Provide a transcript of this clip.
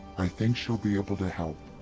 i think she'll be able to help.